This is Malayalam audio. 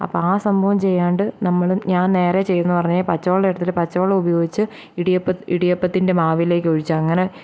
അപ്പം ആ സംഭവം ചെയ്യാണ്ട് നമ്മൾ ഞാൻ നേരെ ചെയ്തതെന്നു പറഞ്ഞാൽ പച്ചവെള്ളം എടുത്തിട്ട് പച്ചവെള്ളം ഉപയോഗിച്ച് ഇടിയപ്പം ഇടിയപ്പത്തിൻ്റെ മാവിലേക്ക് ഒഴിച്ച് അങ്ങനെ